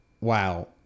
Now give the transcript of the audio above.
wow